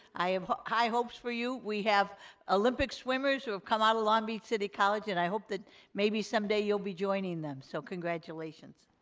i have high hopes for you. we have olympic swimmers who have come out of long beach city college, and i hope that maybe some day you'll be joining them. so, congratulations.